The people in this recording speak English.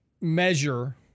measure